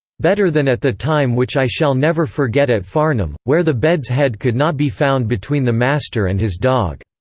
better than at the time which i shall never forget at farnham, where the bed's head could not be found between the master and his dog.